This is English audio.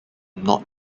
not